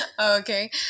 Okay